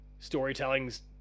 storytelling's